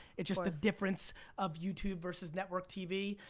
it's just the difference of youtube versus network tv,